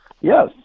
Yes